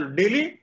daily